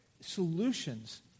solutions